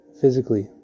physically